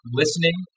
listening